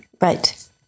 Right